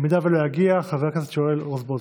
אם לא יגיע, חבר הכנסת יואל רזבוזוב.